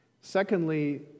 Secondly